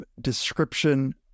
description